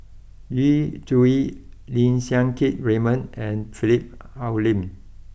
Yu Zhuye Lim Siang Keat Raymond and Philip Hoalim